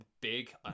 big